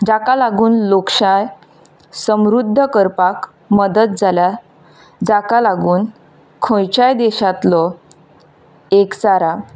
जाका लागून लोकशाय समृध्द करपाक मदत जाल्या जाका लागून खंयच्याय देशांतलो एकचारा